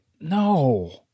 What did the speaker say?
No